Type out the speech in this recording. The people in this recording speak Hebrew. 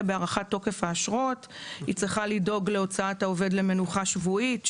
בהארכת תוקף האשרות; לדאוג להוצאת העובד למנוחה שבועית,